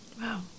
Wow